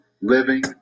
living